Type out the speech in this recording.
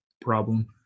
problem